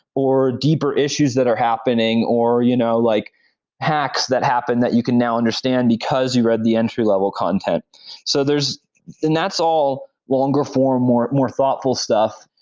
or deeper issues that are happening, or you know like hacks that happen that you can now understand because you read the entry-level content so and that's all longer-form more more thoughtful stuff.